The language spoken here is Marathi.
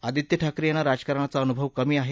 आदित्य ठाकरे यांना राजकारणाचा अनुभव कमी आहे